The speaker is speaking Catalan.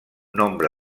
nombre